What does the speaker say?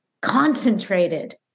concentrated